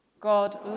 God